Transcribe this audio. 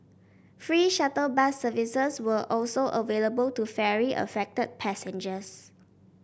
free shuttle bus services were also available to ferry affected passengers